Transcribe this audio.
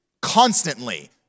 constantly